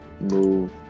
move